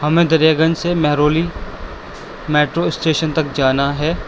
ہمیں دریا گنج سے Mehrauli metro station تک جانا ہے